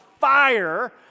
fire